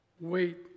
Wait